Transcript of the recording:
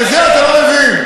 בזה אתה לא מבין.